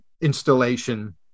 installation